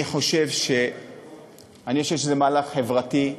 אני חושב שזה מהלך חברתי.